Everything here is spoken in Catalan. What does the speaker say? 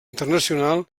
internacional